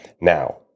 Now